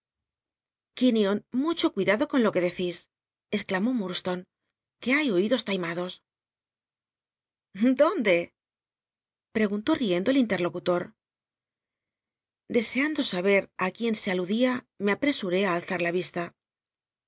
ion mucho cuidado con lo que decís exclamó lur lstone que hay oidos taimados dónd e pregunlú riendo el interlocutor deseando saber i cjuién se aludia me aprcsuré ji alzar la vista